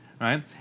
right